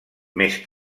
més